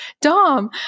Dom